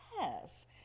Yes